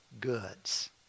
goods